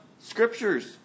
scriptures